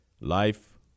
life